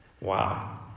Wow